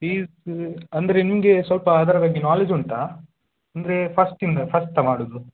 fees ಅಂದರೆ ನಿಮಗೆ ಸ್ವಲ್ಪ ಅದರ ಬಗ್ಗೆ ನಾಲೆಜ್ ಉಂಟಾ ಅಂದರೆ ಫಸ್ಟಿಂದ ಫಸ್ಟಾ ಮಾಡೋದು